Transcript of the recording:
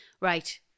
Right